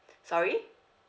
sorry